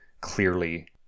clearly